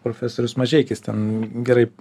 profesorius mažeikis ten gerai